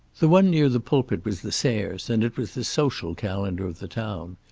the one near the pulpit was the sayres' and it was the social calendar of the town.